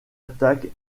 attaque